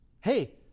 Hey